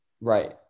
Right